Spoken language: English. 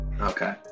Okay